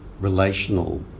relational